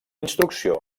instrucció